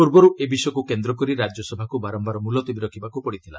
ପୂର୍ବରୁ ଏ ବିଷୟକୁ କେନ୍ଦ୍ର କରି ରାଜ୍ୟସଭାକୁ ବାରମ୍ଭାର ମୁଲତବୀ ରଖିବାକୁ ପଡ଼ିଥିଲା